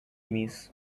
miss